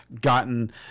gotten